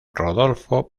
rodolfo